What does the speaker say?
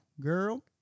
girl